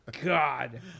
God